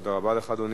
תודה רבה לך, אדוני.